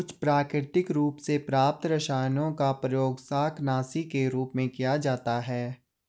कुछ प्राकृतिक रूप से प्राप्त रसायनों का प्रयोग शाकनाशी के रूप में किया जाता है